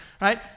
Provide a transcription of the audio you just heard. Right